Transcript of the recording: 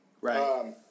Right